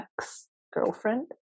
ex-girlfriend